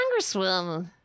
congresswoman